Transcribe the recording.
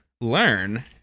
learn